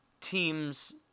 teams